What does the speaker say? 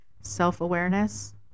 self-awareness